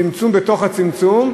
צמצום בתוך הצמצום,